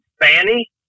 Fanny